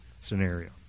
scenario